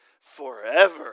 Forever